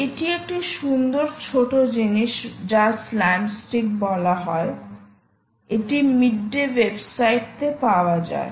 এটি একটি সুন্দর ছোট জিনিস যা স্ল্যামস্টিক বলা হয় এটি মিডডে ওয়েবসাইটটি তে পাওয়া যায়